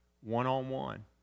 one-on-one